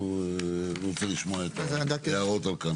אני רוצה לשמוע ההערות עד כאן.